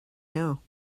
know